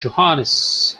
johannes